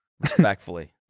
respectfully